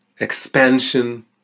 expansion